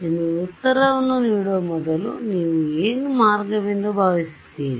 ಆದ್ದರಿಂದ ನಿಮಗೆ ಉತ್ತರವನ್ನು ನೀಡುವ ಮೊದಲು ನೀವು ಏನು ಮಾರ್ಗವೆಂದು ಭಾವಿಸುತ್ತೀರಿ